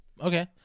Okay